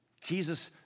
Jesus